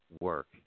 work